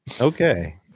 Okay